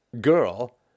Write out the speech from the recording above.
girl